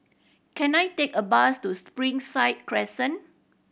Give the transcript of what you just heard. can I take a bus to Springside Crescent